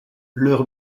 leur